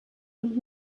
und